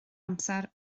amser